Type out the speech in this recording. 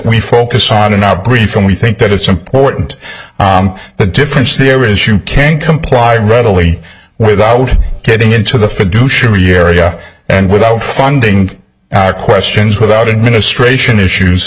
we focus on in our brief and we think that it's important the difference there is you can't comply readily without getting into the area and without funding questions without it ministration issues